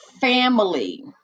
family